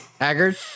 Haggard